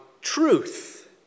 truth